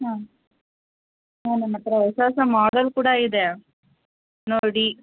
ಹಾಂ ಹಾಂ ನಮ್ಮ ಹತ್ರ ಹೊಸ ಹೊಸ ಮಾಡೆಲ್ ಕೂಡ ಇದೆ ನೋಡಿ